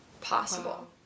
possible